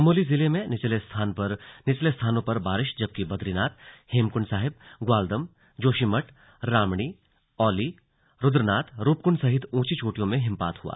चमोली जिले में निचले स्थानों पर बारिश जबकि बद्रीनाथ हेमकृंड साहिब ग्वालदम जोशीमठ रामणी औली रुद्रनाथ रूपकुंड सहित ऊंची चोटियों में हिमपात हुआ